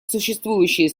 существующие